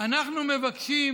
אנחנו מבקשים